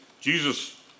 Jesus